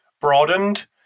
broadened